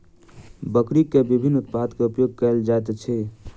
बकरीक विभिन्न उत्पाद के उपयोग कयल जाइत अछि